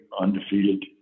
undefeated